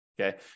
Okay